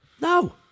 no